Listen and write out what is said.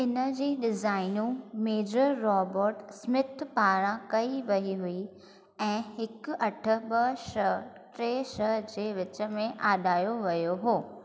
इन जी डिज़ाइनू मेजर रॉबर्ट स्मिथ पारां कई वई हुई ऐं हिकु अठ ॿ छह टे छह जे विच में आॾायो वियो हो